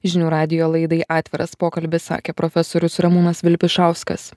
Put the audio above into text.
žinių radijo laidai atviras pokalbis sakė profesorius ramūnas vilpišauskas